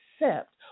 accept